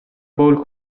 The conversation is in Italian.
bowl